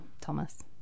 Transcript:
Thomas